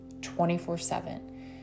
24-7